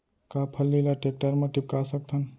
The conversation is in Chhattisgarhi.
का फल्ली ल टेकटर म टिपका सकथन?